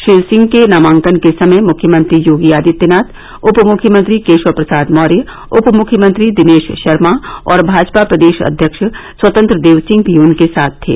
श्री सिंह के नामांकन के समय मुख्यमंत्री योगी आदित्यनाथ उपमुख्यमंत्री केशव प्रसाद मौर्य उपमुख्यमंत्री दिनेश शर्मा और भाजपा प्रदेश अध्यक्ष स्वतंत्र देव सिंह भी उनके साथ थे